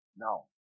Now